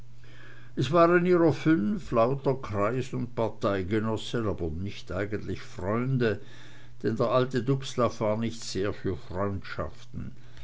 es waren ihrer fünf lauter kreis und parteigenossen aber nicht eigentlich freunde denn der alte dubslav war nicht sehr für freundschaften